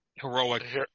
heroic